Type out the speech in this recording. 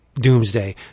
Doomsday